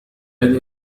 هذه